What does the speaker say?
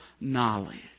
knowledge